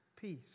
peace